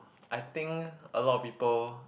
I think a lot people